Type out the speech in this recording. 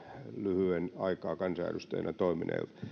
lyhyen aikaa kansanedustajana toimineelta